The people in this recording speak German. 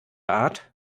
art